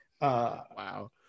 wow